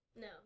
No